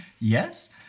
Yes